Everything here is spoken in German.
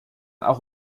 auch